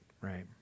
right